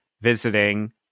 visiting